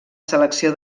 selecció